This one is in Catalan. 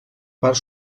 part